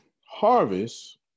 Harvest